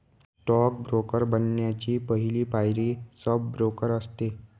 stock broker बनण्याची पहली पायरी सब ब्रोकर असते